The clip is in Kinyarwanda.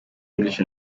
english